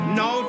no